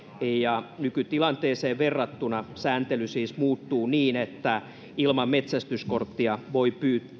nykytilanteeseen verrattuna sääntely siis muuttuu niin että ilman metsästyskorttia voi